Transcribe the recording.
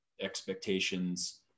expectations